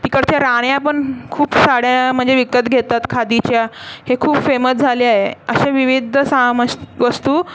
तिकडच्या राण्या पण खूप साड्या म्हणजे विकत घेतात खादीच्या हे खूप फेमस झाले आहे अशा विविध सामास् वस्तू